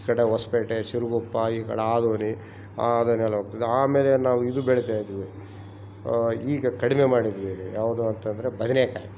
ಈ ಕಡೆ ಹೊಸಪೇಟೆ ಶಿರಗುಪ್ಪ ಈ ಕಡೆ ಆದೋನಿ ಆದೋನೆಲ್ಲ ಹೋಗ್ತತೆ ಆಮೇಲೆ ನಾವು ಇದು ಬೆಳೀತಾಯಿದ್ವಿ ಈಗ ಕಡಿಮೆ ಮಾಡಿದೀವಿ ಯಾವುದು ಅಂತಂದರೆ ಬದನೆಕಾಯಿ